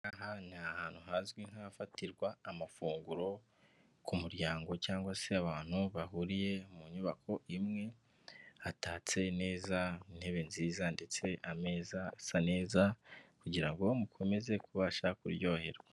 Aha ni ahantu hazwi nk'ahafatirwa amafunguro ku muryango cyangwa se abantu bahuriye mu nyubako imwe, hatatse neza, intebe nziza ndetse ameza asa neza kugira ngo mukomeze kubasha kuryoherwa.